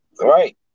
Right